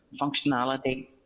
functionality